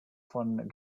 von